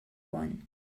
one